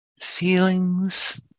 feelings